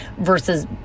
versus